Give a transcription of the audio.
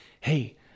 Hey